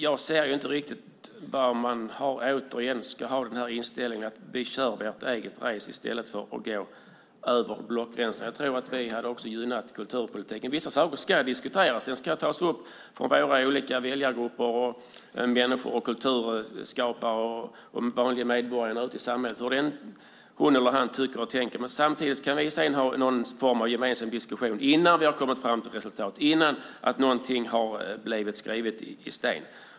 Jag förstår inte att man ska ha inställningen att man kör sitt eget race i stället för att gå över blockgränsen, för i så fall tror jag att vi hade gynnat kulturpolitiken. Vissa saker ska diskuteras och tas upp utifrån vad olika väljargrupper, människor, kulturskapare och vanliga medborgare i samhället tycker och tänker. Sedan kan vi ha någon form av gemensam diskussion innan vi har kommit till ett resultat och innan någonting har blivit skrivet i sten.